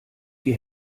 die